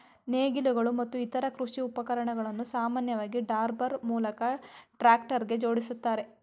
ನೇಗಿಲುಗಳು ಮತ್ತು ಇತರ ಕೃಷಿ ಉಪಕರಣಗಳನ್ನು ಸಾಮಾನ್ಯವಾಗಿ ಡ್ರಾಬಾರ್ ಮೂಲಕ ಟ್ರಾಕ್ಟರ್ಗೆ ಜೋಡಿಸ್ತಾರೆ